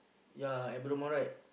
yea at Bedok-Mall right